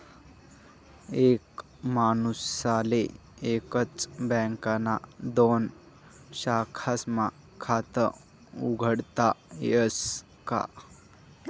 एक माणूसले एकच बँकना दोन शाखास्मा खातं उघाडता यस का?